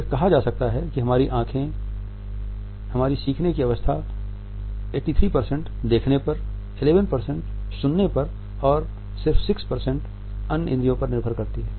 यह कहा जाता है कि हमारी सीखने की अवस्था 83 देखने पर 11 सुनने पर और 6 अन्य इंद्रियों पर निर्भर है